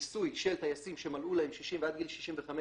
ניסוי של טייסים שמלאו להם 60 ועד גיל 65,